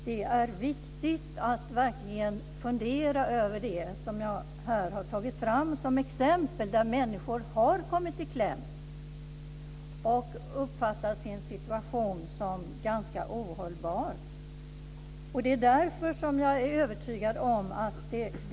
Det är viktigt att verkligen fundera över det som jag här har tagit fram som exempel på att människor har kommit i kläm och uppfattat sin situation som ganska ohållbar. Det är därför jag är övertygad om att det behövs ett par saker.